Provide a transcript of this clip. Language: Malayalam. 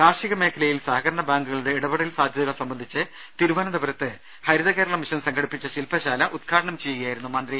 കാർഷിക മേഖലയിൽ സഹകരണ ബാങ്കുകളുടെ ഇടപെടൽ സാധ്യതകൾ സംബന്ധിച്ച് തിരുവനന്തപുരത്ത് ഹരിത കേരള മിഷൻ സംഘടിപ്പിച്ച ശിൽപശാല ഉദ്ഘാടനം ചെയ്യുകയായിരുന്നു മന്ത്രി